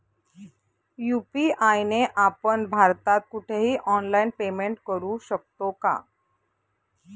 UPI ने आपण भारतात कुठेही ऑनलाईन पेमेंट करु शकतो का?